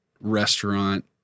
restaurant